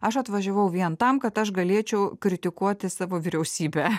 aš atvažiavau vien tam kad aš galėčiau kritikuoti savo vyriausybę